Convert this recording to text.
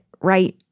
right